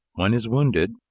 one is wounded.